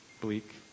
bleak